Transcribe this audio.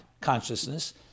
consciousness